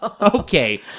Okay